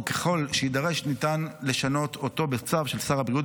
וככל שיידרש ניתן לשנות אותו בצו של שר הבריאות,